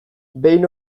behin